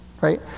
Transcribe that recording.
Right